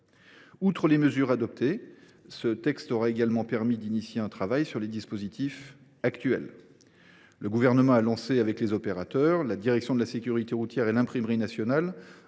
Outre les mesures adoptées, ce texte aura également permis d’engager un travail sur les dispositifs actuels. Le Gouvernement a lancé avec les opérateurs, la direction de la sécurité routière et l’Imprimerie nationale